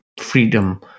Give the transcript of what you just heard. freedom